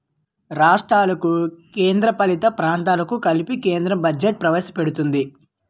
రాష్ట్రాలకు కేంద్రపాలిత ప్రాంతాలకు కలిపి కేంద్రం బడ్జెట్ ప్రవేశపెడుతుంది